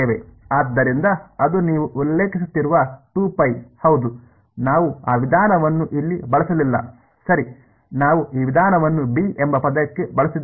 ಆದ್ದರಿಂದ ಅದು ನೀವು ಉಲ್ಲೇಖಿಸುತ್ತಿರುವ ಹೌದು ನಾವು ಆ ವಿಧಾನವನ್ನು ಇಲ್ಲಿ ಬಳಸಲಿಲ್ಲ ಸರಿ ನಾವು ಈ ವಿಧಾನವನ್ನು b ಎಂಬ ಪದಕ್ಕೆ ಬಳಸಿದ್ದೇವೆ